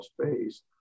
space